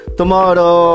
Tomorrow